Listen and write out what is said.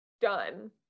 done